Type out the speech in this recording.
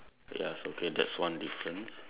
ya so okay that's one difference